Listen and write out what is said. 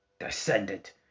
Descendant